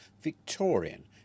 Victorian